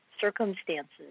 circumstances